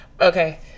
Okay